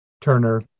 Turner